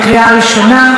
לקריאה ראשונה.